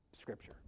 Scripture